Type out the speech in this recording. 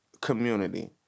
community